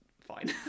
fine